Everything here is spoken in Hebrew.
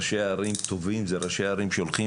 ראשי ערים טובים זה ראשי ערים שהולכים